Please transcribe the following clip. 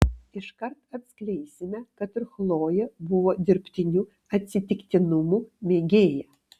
iškart atskleisime kad ir chlojė buvo dirbtinių atsitiktinumų mėgėja